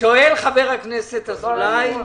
שואל חבר הכנסת אזולאי,